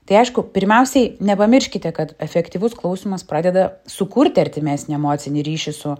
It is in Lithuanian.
tai aišku pirmiausiai nepamirškite kad efektyvus klausymas pradeda sukurti artimesnį emocinį ryšį su